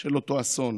של אותו אסון,